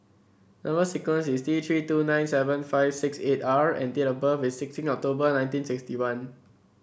number sequence is T Three two nine seven five six eight R and date of birth is sixteen October nineteen sixty one